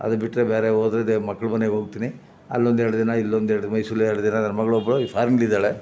ಅದುಬಿಟ್ರೆ ಬೇರೆ ಹೋದ್ರೆ ಇದೇ ಮಕ್ಳು ಮನೆಗೆ ಹೋಗ್ತಿನಿ ಅಲ್ಲೊಂದು ಎರಡು ದಿನ ಇಲ್ಲೊಂದು ಎರಡು ದಿನ ಮೈಸೂರಲ್ಲಿ ಎರಡು ದಿನ ನನ್ನ ಮಗಳೊಬ್ಳು ಫಾರಿನ್ನಲ್ಲಿದಾಳೆ